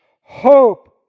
hope